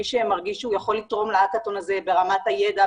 מי שמרגיש שהוא יכול לתרום להקאתון ה זה ברמת הידע,